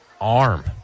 arm